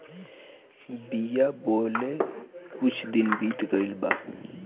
बिया बोवले कुछ दिन बीत गइल बा